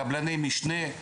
קבלני משנה.